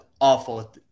awful